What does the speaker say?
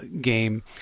game